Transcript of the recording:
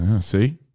See